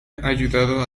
ayudado